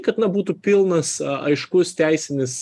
kad na būtų pilnas aiškus teisinis